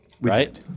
Right